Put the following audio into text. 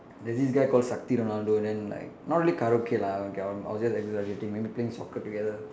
there's this guy called Sakthi Ronaldo then like not really karaoke lah okay I'm I was just exaggerating maybe playing soccer together